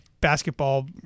basketball